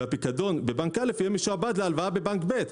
והפיקדון בבנק א' יהיה משועבד להלוואה בבנק ב'.